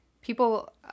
people